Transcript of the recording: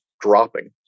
dropping